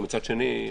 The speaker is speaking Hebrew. ומצד שני,